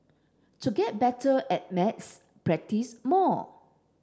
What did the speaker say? to get better at maths practise more